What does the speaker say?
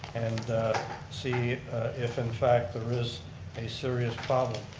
and see if in fact there is a serious.